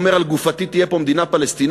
אומר: על גופתי תהיה פה מדינה פלסטינית?